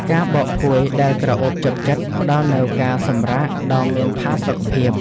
ការបោកភួយដែលក្រអូបជាប់ចិត្ត ផ្តល់នូវការសម្រាកដ៏មានផាសុកភាព។